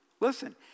Listen